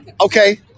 Okay